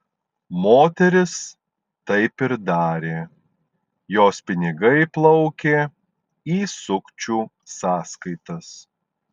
moteris taip ir darė jos pinigai plaukė į sukčių sąskaitas